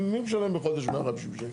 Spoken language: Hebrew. מי משלם בחודש 150 שקלים?